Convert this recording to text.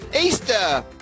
Easter